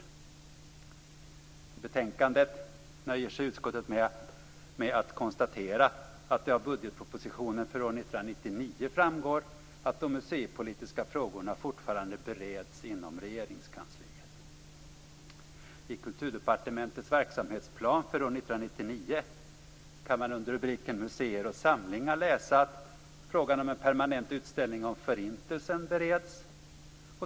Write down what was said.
I betänkandet nöjer sig utskottet med att konstatera att det av budgetpropositionen för år 1999 framgår att de museipolitiska frågorna fortfarande bereds inom Regeringskansliet. I kan man under rubriken Museer och samlingar läsa att frågan om en permanent utställning om Förintelsen bereds.